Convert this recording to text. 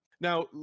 Now